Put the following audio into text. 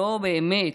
לא באמת,